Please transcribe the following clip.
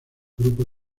grupo